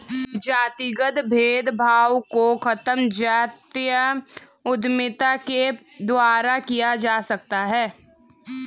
जातिगत भेदभाव को खत्म जातीय उद्यमिता के द्वारा किया जा सकता है